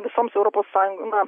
visoms europos sąjun na